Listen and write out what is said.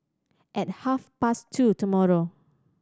at half past two tomorrow